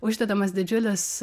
uždedamas didžiulis